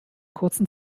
kurzen